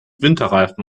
winterreifen